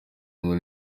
ngo